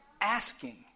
asking